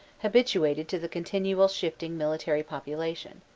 habituated to the continual shift ing military population.